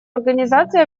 организацию